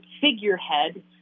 figurehead